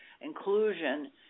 inclusion